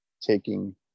taking